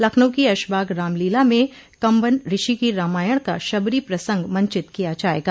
लखनऊ की ऐशबाग रामलीला में कम्बन ऋषि की रामायण का शबरी प्रसंग मंचित किया जायेगा